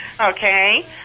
Okay